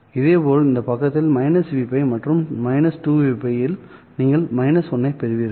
இதேபோல் இந்த பக்கத்தில் -Vπ மற்றும் 2Vπ இல் நீங்கள் 1 பெறுவீர்கள்